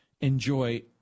enjoy